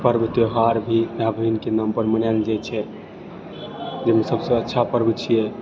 पर्व त्यौहार भी भाय बहिनके नाम पर मनाओल जाइ छै जाहिमे सबसँ अच्छा पर्व छिऐ